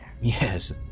Yes